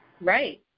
Right